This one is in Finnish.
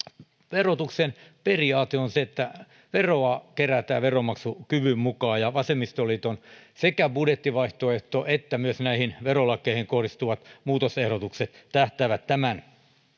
verotuksen periaate on se että veroa kerätään veronmaksukyvyn mukaan vasemmistoliiton sekä budjettivaihtoehto että myös näihin verolakeihin kohdistuvat muutosehdotukset tähtäävät tämän